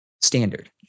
standard